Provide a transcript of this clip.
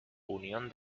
unión